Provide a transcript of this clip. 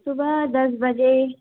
صبح دس بجے